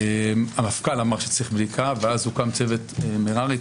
המפכ"ל אמר שצריך בדיקה ואז הוקם צוות מררי.